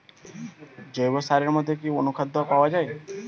জৈব সারের মধ্যে কি অনুখাদ্য পাওয়া যায়?